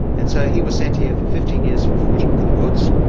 and so he was sent here for fifteen years for forging a bill of goods,